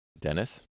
Dennis